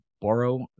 borrow